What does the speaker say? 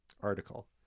article